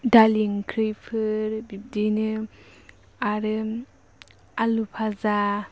दालि ओंख्रिफोर बिब्दिनो आरो आलु फाजा